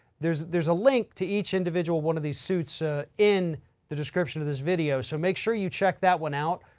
there's, there's a link to each individual, one of these suits ah in the description of this video. so make sure you check that one out.